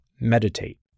Meditate